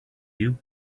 you